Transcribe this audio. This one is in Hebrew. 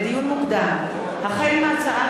לדיון מוקדם: החל בהצעת